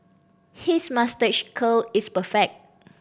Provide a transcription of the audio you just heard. his moustache curl is perfect